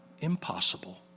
impossible